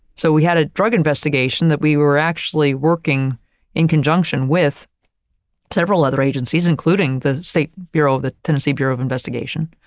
so, we had a drug investigation that we were actually working in conjunction with several other agencies, including the state bureau of the tennessee bureau of investigation,